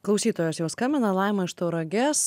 klausytojas jau skambina laima iš tauragės